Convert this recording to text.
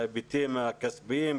בהיבטים כספיים,